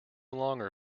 longer